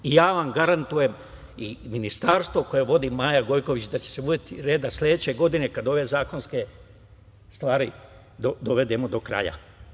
Ja vam garantujem i Ministarstvo koje vodi Maja Gojković, da će se uvesti reda sledeće godine, kad ove zakonske stvari dovedemo do kraja.